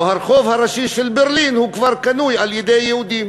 או הרחוב הראשי של ברלין כבר קנוי על-ידי יהודים.